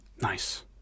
nice